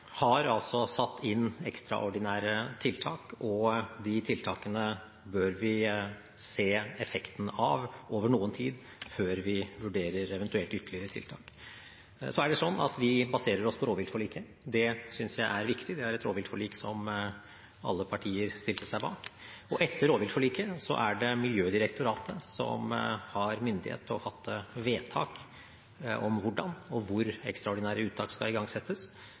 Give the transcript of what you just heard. har altså satt inn ekstraordinære tiltak, og de tiltakene bør vi se effekten av over noe tid før vi vurderer eventuelt ytterligere tiltak. Så er det sånn at vi baserer oss på rovviltforliket. Det synes jeg er viktig. Det er et rovviltforlik som alle partier stilte seg bak. Etter rovviltforliket er det Miljødirektoratet som har myndighet til å fatte vedtak om hvordan og hvor ekstraordinære uttak skal igangsettes